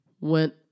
went